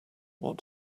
what